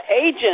agent